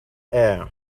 air